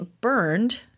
burned